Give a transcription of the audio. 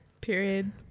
Period